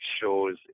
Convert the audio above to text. shows